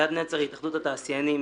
אלעד נצר, התאחדות התעשיינים.